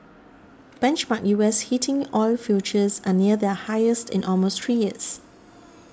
benchmark U S heating oil futures are near their highest in almost three years